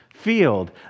Field